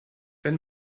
wenn